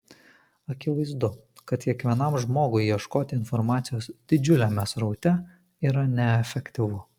akivaizdu kad kiekvienam žmogui ieškoti informacijos didžiuliame sraute yra neefektyvu